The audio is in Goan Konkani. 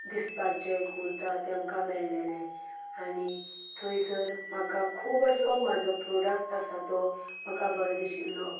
दिसपाचे कुर्ता तेमकां मेळिल्ले आनी थंयसर म्हाका खूब असो म्हजो प्रोडक्ट आसा तो म्हाका बरो दिशिल्लो